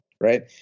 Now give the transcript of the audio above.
right